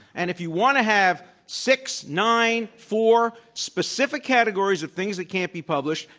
and if you want to have six, nine, four specific categories of things that can't be published,